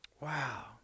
Wow